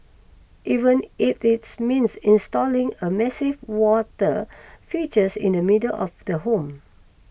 even if it means installing a massive water features in the middle of the home